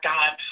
God